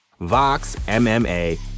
VOXMMA